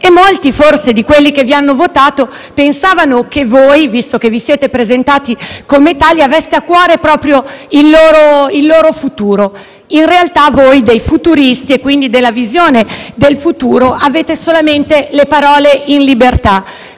Molti di quelli che vi hanno votato forse pensavano che, visto che vi siete presentati come tali, aveste a cuore proprio il loro futuro. In realtà, dei futuristi - e quindi della visione del futuro - avete solamente le parole in libertà: